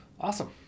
Awesome